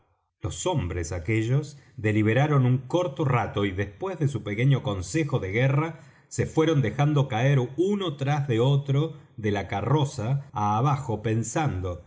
los hombres aquellos deliberaron un corto rato y después de su pequeño consejo de guerra se fueron dejando caer uno tras de otro de la carroza abajo pensando